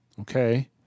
okay